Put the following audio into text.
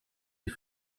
die